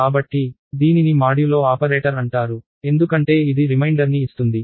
కాబట్టి దీనిని modulo operator అంటారు ఎందుకంటే ఇది రిమైండర్ని ఇస్తుంది